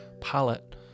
palette